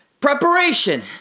preparation